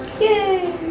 Yay